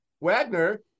Wagner